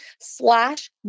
slash